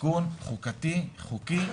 תיקון חוקתי, חוקי,